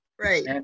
Right